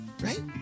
right